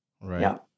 right